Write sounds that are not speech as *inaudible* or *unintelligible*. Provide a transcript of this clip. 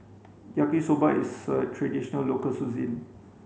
Yaki Soba is a traditional local *unintelligible*